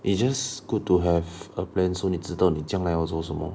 it's just good to have a plan so 你知道你将来要做什么